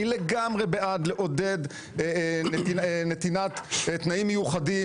אני לגמרי בעד לעודד נתינת תנאים מיוחדים